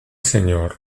señor